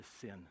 sin